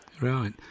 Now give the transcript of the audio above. Right